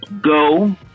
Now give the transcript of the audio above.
Go